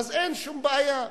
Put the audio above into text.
אין שום בעיה.